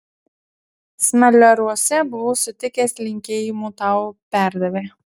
smalioriuose buvau sutikęs linkėjimų tau perdavė